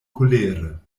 kolere